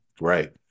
Right